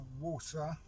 water